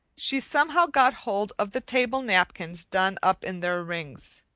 she somehow got hold of the table-napkins done up in their rings.